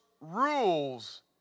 rules